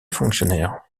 fonctionnaire